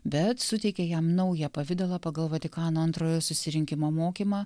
bet suteikė jam naują pavidalą pagal vatikano antrojo susirinkimo mokymą